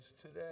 today